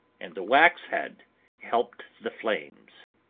and the wax had helped the flames.